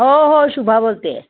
हो हो शुभा बोलते आहे